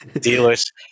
Dealers